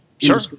Sure